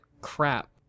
crap